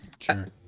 Sure